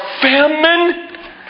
famine